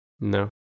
No